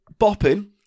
bopping